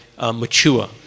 mature